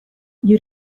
you